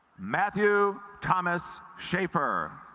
matthew thomas schaeffer